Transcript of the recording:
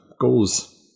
goals